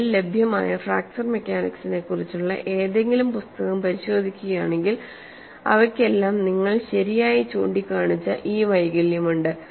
നിലവിൽ ലഭ്യമായ ഫ്രാക്ചർ മെക്കാനിക്സിനെക്കുറിച്ചുള്ള ഏതെങ്കിലും പുസ്തകം പരിശോധിക്കുകയാണെങ്കിൽ അവയ്ക്കെല്ലാം നിങ്ങൾ ശരിയായി ചൂണ്ടിക്കാണിച്ച ഈ വൈകല്യമുണ്ട്